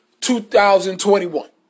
2021